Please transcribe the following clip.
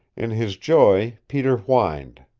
in his joy peter whined.